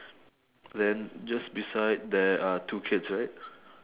then just beside there are two kids right